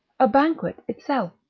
a banquet itself